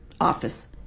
office